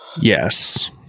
Yes